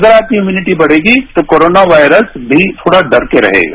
अगर आपकी इम्यूनिटी बढ़ेगी तो कोरोना वायरस भी थोड़ा डर कर रहेगा